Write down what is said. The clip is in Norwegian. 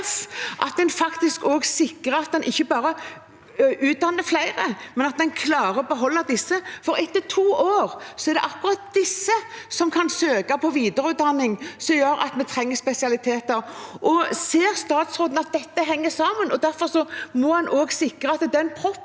at en også sikrer at en ikke bare utdanner flere, men at en klarer å beholde dem, for etter to år er det akkurat de som kan søke på videreutdanning som gjør at vi får spesialister. Ser statsråden at dette henger sammen, og at en derfor også må sikre at den proppen